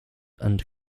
and